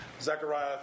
Zechariah